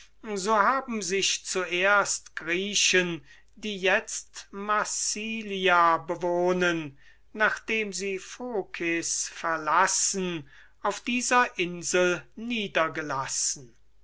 so haben sich zuerst griechen die jetzt massilia bewohnen nachdem sie phocis verlassen auf dieser insel niedergelassen